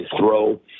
throw